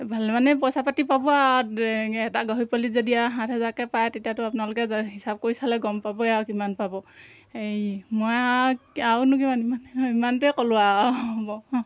ভালেমানেই পইচা পাতি পাব আৰু এটা গহৰি পোৱালিত যদি আৰু সাত হাজাৰকৈ পায় তেতিয়াতো আপোনালোকে হিচাপ কৰি চালে গম পাবই আৰু কিমান পাব এই মই আৰু আৰুনো কিমান ইমান ইমানটোৱে ক'লোঁ আৰু হ'ব